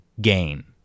gain